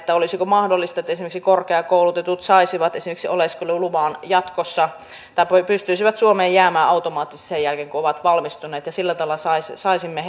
olisiko mahdollista että esimerkiksi korkeakoulutetut saisivat esimerkiksi oleskeluluvan jatkossa että pystyisivät suomeen jäämään automaattisesti sen jälkeen kun ovat valmistuneet sillä tavalla saisimme